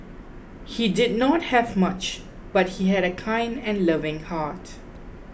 he did not have much but he had a kind and loving heart